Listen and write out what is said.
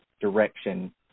direction